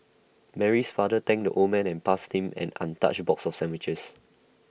Mary's father thanked the old man and passed him an untouched box of sandwiches